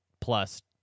plus